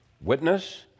Witness